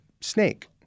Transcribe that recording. Snake